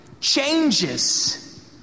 changes